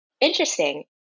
Interesting